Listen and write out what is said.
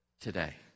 today